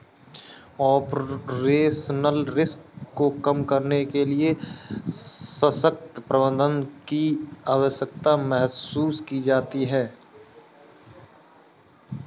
operational risk को कम करने के लिए सशक्त प्रबंधन की आवश्यकता महसूस की जाती है